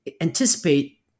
anticipate